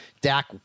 Dak